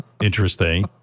interesting